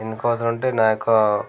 ఎందుకోసం అంటే నా యెక్క